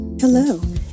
Hello